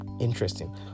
interesting